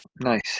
Nice